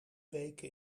weken